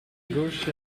gauche